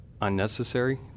unnecessary